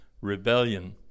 rebellion